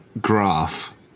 graph